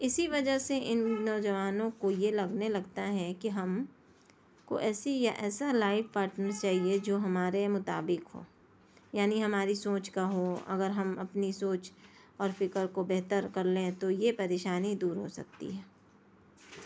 اسی وجہ سے ان نوجوانوں کو یہ لگنے لگتا ہے کہ ہم کو ایسی یا ایسا لائف پارٹنر چاہیے جو ہمارے مطابق ہو یعنی ہماری سوچ کا ہو اگر ہم اپنی سوچ اور فکر کو بہتر کر لیں تو یہ پریشانی دور ہو سکتی ہے